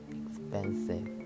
expensive